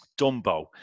Dumbo